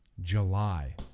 July